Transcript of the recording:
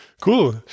Cool